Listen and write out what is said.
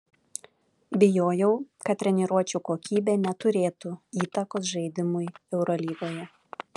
bijojau kad treniruočių kokybė neturėtų įtakos žaidimui eurolygoje